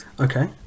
okay